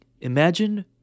Imagine